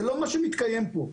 זה לא מה שמתקיים פה.